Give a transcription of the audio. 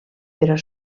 però